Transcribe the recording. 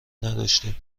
نداشتیم